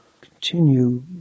continue